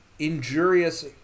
injurious